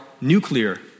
nuclear